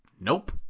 Nope